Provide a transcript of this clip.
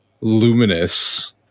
Luminous